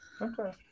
Okay